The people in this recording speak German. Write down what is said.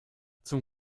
zum